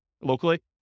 locally